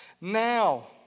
now